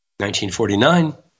1949